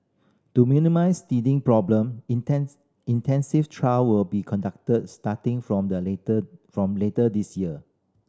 to minimise teething problem intensive trial will be conducted starting from the later from later this year